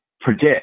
predict